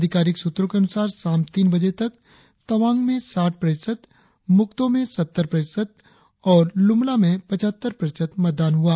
अधिकारिक सूत्रों के अनुसार शाम तीन बजे तक तवांग में साठ प्रतिशत मुक्तो में सत्तर प्रतिशत और लुमला में पचहत्तर प्रतिशत मतदान हुआ